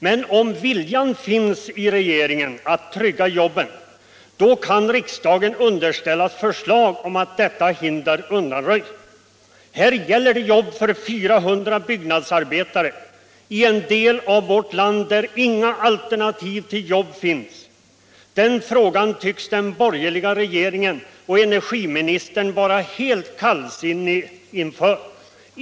Men om viljan att trygga jobben finns inom regeringen kan riksdagen underställas förslag om att detta hinder undanröjs. Här gäller det jobben för 400 byggnadsarbetare i en del av vårt land där inga aternativa jobb finns. Den saken tycks den borgerliga regeringen och energiministern vara helt kallsinniga inför.